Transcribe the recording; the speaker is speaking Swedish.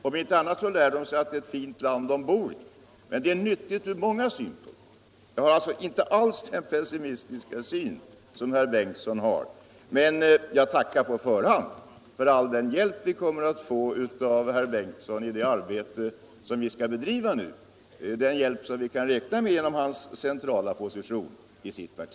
Om inte annat lär de sig att det är ett fint land de bor i, men det är nyttigt från många andra synpunkter också. Jag har alltså inte alls den pessimistiska syn som herr Bengtson har. Men jag tackar på förhand för all den hjälp i det arbete vi nu skall bedriva som vi kan räkna med att få av herr Bengtson med den centrala position han har i sitt parti.